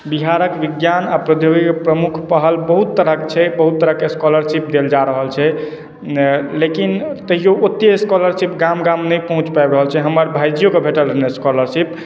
बिहारक विज्ञान आ प्रौद्योगिकीक प्रमुख पहल बहुत तरहक छै बहुत तरहके स्कॉलरशिप देल जा रहल छै लेकिन तैयौ ओतेक स्कॉलरशिप गाम गाममे नहि पहुँचि पाबि रहल छै हमर भाइजिओकेँ भेटल रहैन्ह स्कॉलरशिप